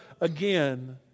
again